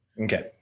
Okay